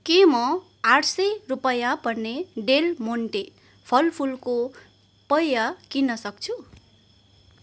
के म आठ सय रुपियाँ पर्ने डेल मोन्टे फलफुलको पय किन्न सक्छु